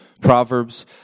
Proverbs